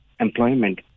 employment